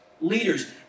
leaders